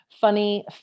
funny